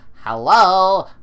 hello